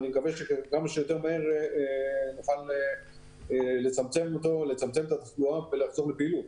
אני מקווה שכמה שיותר מהר נוכל לצמצם את התחלואה ולחזור לפעילות,